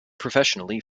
professionally